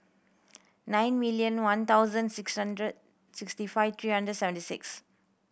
nine million one thousand six hundred sixty five three hundred seventy six